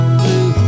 blue